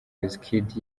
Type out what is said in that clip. wizkid